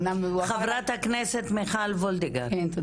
ובאמת נראה